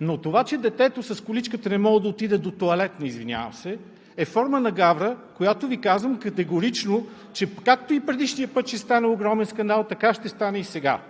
но това, че детето с количката не може да отиде до тоалетна – извинявам се, е форма на гавра, която Ви казвам категорично, че както и предишния път стана огромен скандал, така ще стане и сега.